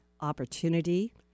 opportunity